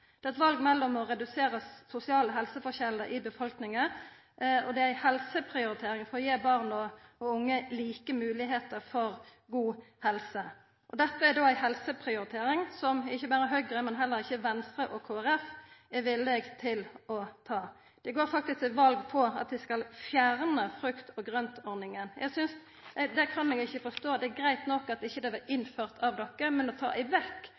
Det er eit val om å redusera sosiale helseforskjellar i befolkninga, og det er ei helseprioritering for å gi barn og unge like moglegheiter for god helse. Dette er då ei helseprioritering Høgre og heller ikkje Venstre og Kristeleg Folkeparti er villige til å ta. Dei går faktisk til val på at dei skal fjerna frukt- og grøntordninga. Det kan eg ikkje forstå. Det er greitt nok at dette ikkje vart innført av dei, men at ein vil ta vekk gratisepla frå elevane i grunnskulen etter valet, med den grunngivinga at det